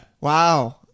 Wow